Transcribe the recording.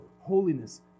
holiness